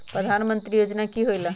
प्रधान मंत्री योजना कि होईला?